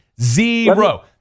Zero